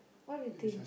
what you think